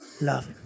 love